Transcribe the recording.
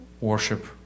worship